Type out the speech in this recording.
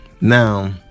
Now